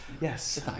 yes